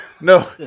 No